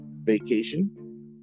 vacation